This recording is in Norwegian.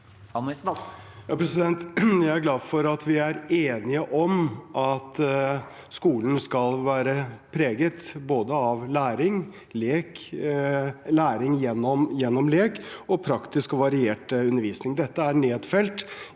Jeg er glad for at vi er enige om at skolen skal være preget av både læring og læring gjennom lek og praktisk og variert undervisning. Dette er nedfelt